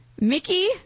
Mickey